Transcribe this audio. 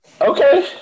Okay